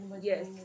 Yes